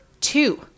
two